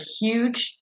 huge